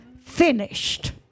Finished